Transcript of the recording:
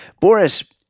Boris